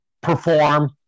perform